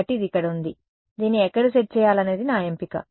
కాబట్టి ఇది ఇక్కడ ఉంది దీన్ని ఎక్కడ సెట్ చేయాలనేది నా ఎంపిక